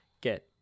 get